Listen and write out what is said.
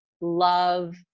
love